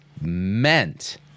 meant